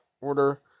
order